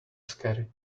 scary